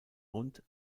rund